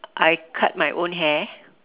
I cut my own hair